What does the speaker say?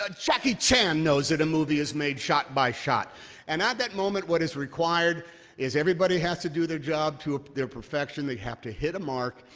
ah jackie chan knows it a movie is made shot-by-shot. and at that moment, what is required is, everybody has to do their job to ah their perfection, they have to hit a mark,